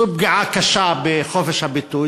זו פגיעה קשה בחופש הביטוי.